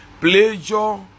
pleasure